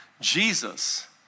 Jesus